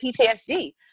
PTSD